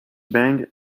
bang